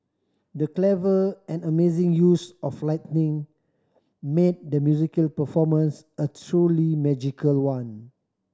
the clever and amazing use of lighting made the musical performance a truly magical one